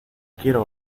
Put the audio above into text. quiero